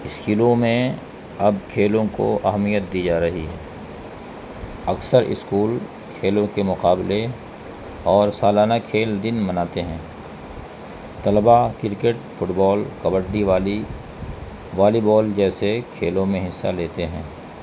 اسکلوں میں اب کھیلوں کو اہمیت دی جا رہی ہے اکثر اسکول کھیلوں کے مقابلے اور سالانہ کھیل دن مناتے ہیں طلبا cricket football kabaddi volley volleyball جیسے کھیلوں میں حصہ لیتے ہیں